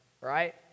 right